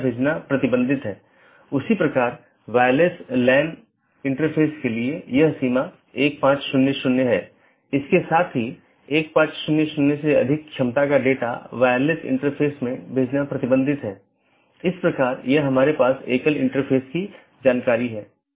और BGP protocol के तहत एक BGP डिवाइस R6 को EBGP के माध्यम से BGP R1 से जुड़ा हुआ है वहीँ BGP R3 को BGP अपडेट किया गया है और ऐसा ही और आगे भी है